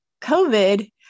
COVID